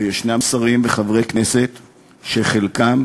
ויש שרים וחברי כנסת שחלקם,